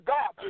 God